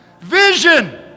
Vision